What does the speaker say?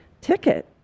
ticket